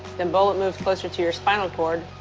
the bullet moved closer to your spinal cord.